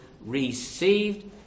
received